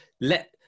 let